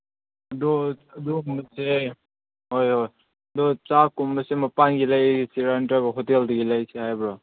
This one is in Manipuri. ꯑꯗꯣ ꯑꯗꯨ ꯅꯨꯃꯤꯠꯁꯦ ꯍꯣꯏ ꯍꯣꯏ ꯑꯗꯨ ꯆꯥꯛꯀꯨꯝꯕꯁꯤ ꯃꯄꯥꯟꯒꯤ ꯂꯩꯔꯁꯤꯔꯥ ꯅꯠꯇ꯭ꯔꯒ ꯍꯣꯇꯦꯜꯗꯒꯤ ꯂꯩꯁꯤ ꯍꯥꯏꯕ꯭ꯔꯣ